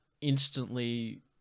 instantly